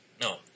no